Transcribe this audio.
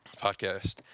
podcast